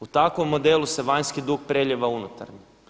U takvom modelu se vanjski dug prelijeva u unutarnji.